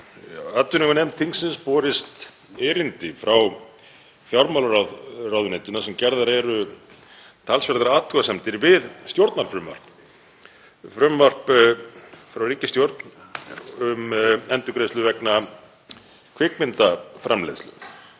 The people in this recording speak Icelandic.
að atvinnuveganefnd þingsins hefði borist erindi frá fjármálaráðuneytinu þar sem gerðar eru talsverðar athugasemdir við stjórnarfrumvarp, frumvarp frá ríkisstjórn um endurgreiðslu vegna kvikmyndaframleiðslu.